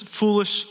foolish